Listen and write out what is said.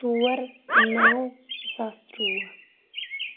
ژور نَو زٕ ساس تٕروُہ